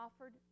offered